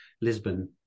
Lisbon